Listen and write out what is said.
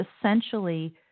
essentially